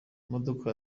imodoka